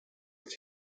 its